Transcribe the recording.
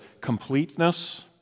completeness